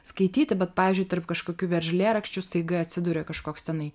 skaityti bet pavyzdžiui tarp kažkokių veržlėrakčių staiga atsiduria kažkoks tenai